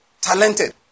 Talented